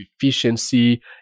efficiency